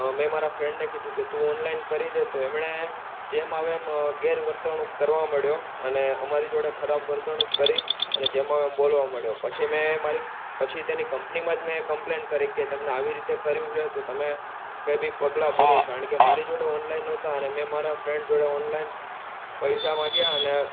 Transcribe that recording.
મેં મારા ફ્રેન્ડને કીધું કે હતું ઓનલાઈન કરી દે તો એમણે જેમ આવે એમ ગેરવર્તણૂક કરવા માંડ્યા અને અમારી જોડે ખરાબ વર્તણૂક કરી અને જેમ આવે એમ બોલવા મંડ્યો પછી મેં મારી પછી તેની કંપનીમાં જ મેં કંપ્લેન કરી કે તેમણે આવી રીતે કર્યું છે તો તમે કંઈ બિ પગલાં ભરો કારણ કે મારી જોડે ઓનલાઈન નહોતા અને મેં મારા ફ્રેન્ડ જોડે ઓનલાઈન પૈસા માંગ્યા અને